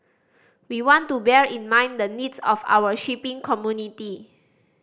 we want to bear in mind the needs of our shipping community